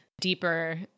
deeper